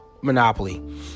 Monopoly